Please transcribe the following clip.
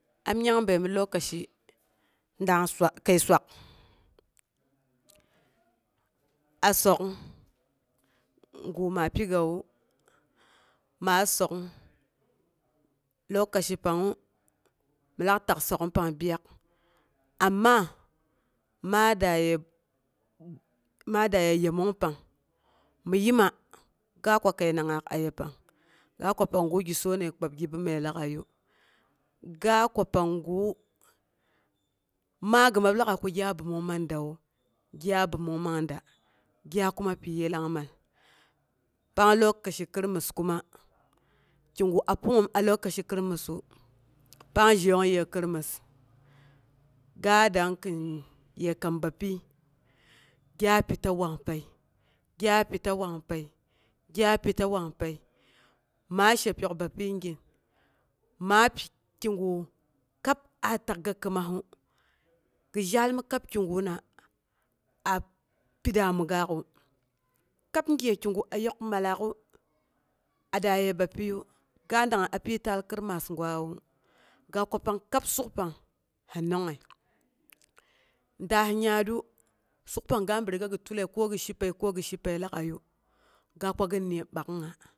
Am nyangbəi mi lokaci shi dang swak, kəi swak a sok'ung gume pigawu ma sok'ung lokaci pangngu min lak tak sok'ung pang byak amma ma daye yemong pang mi yema ga kwa kəinangngaak a yepang, ga pangu gi sonnəi kpab gi kəoməi lag'aiyu ga kwa panggu ma gi mab lagai ko gya bəomong man dawu. gyaa bromong man da gya kuma pi yillang mal. Pang lokaci krismus kuma ki gu a pung'um a lokaci krismusu, pang zheyongyəi krismus ga dang kin ye kam bapyi gya pi ta wanpəi, gya pi ta wangpəi gya pi ta wangpəi, ma she pyok bapyi gip. Ma pi kigu kab a takga krimasu, gi zhal mi kab kiguna a pi damu gaak'u, kab gye kigu ayok mallaak'u, a daye bapyiyu, ga dangngəi ye bapyiyu ga kwa, pang kab suk pang sɨ nongngəi, daas yaatru suk pang ga bi riga gi tule ko gi shipəi ko gi shipəi lag'aiyu ga kwa ginni bak'ungnga.